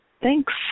Thanks